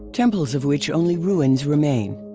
temples of which only ruins remain,